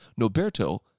Noberto